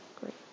Great